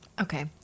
okay